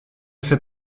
fait